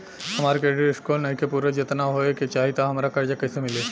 हमार credit score नईखे पूरत जेतना होए के चाही त हमरा कर्जा कैसे मिली?